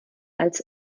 als